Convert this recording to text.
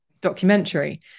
documentary